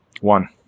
One